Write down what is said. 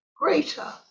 greater